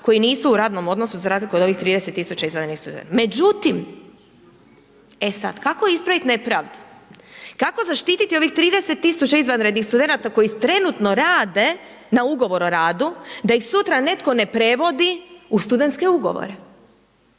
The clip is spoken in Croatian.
koji nisu u radnom odnosu za razliku od ovih 30 tisuća izvanrednih studenata. Međutim, e sada kako ispraviti nepravdu? Kako zaštititi ovih 30 tisuća izvanrednih studenata koji trenutno rade na ugovor o radu da ih sutra netko ne prevodi u studentske ugovore?